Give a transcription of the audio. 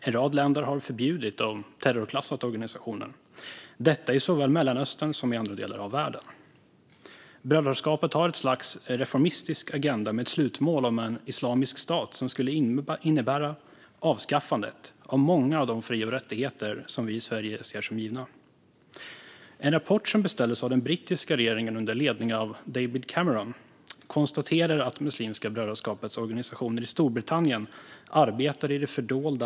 En rad länder, i såväl Mellanöstern som andra delar av världen, har förbjudit och terrorklassat organisationen. Brödraskapet har ett slags reformistisk agenda, med ett slutmål om en islamisk stat som skulle innebära avskaffande av många av de fri och rättigheter som vi i Sverige ser som givna. I en rapport som beställdes av den brittiska regeringen under ledning av David Cameron konstaterades att Muslimska brödraskapets organisationer i Storbritannien arbetade i det fördolda.